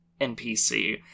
NPC